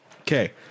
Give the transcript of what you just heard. Okay